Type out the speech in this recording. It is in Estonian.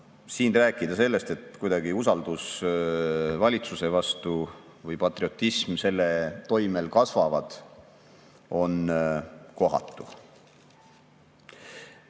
siin rääkida sellest, et kuidagi usaldus valitsuse vastu või patriotism selle toimel kasvavad, on kohatu.